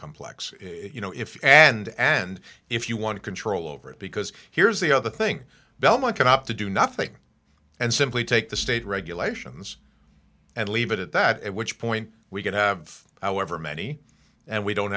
complex you know if and end if you want to control over it because here's the other thing belmont cannot to do nothing and simply take the state regulations and leave it at that which point we could have however many and we don't